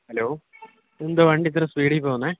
hello എന്തുവാ വണ്ടി ഇത്ര സ്പീഡിൽ പോവുന്നത്